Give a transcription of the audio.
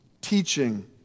teaching